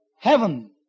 heaven